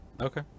okay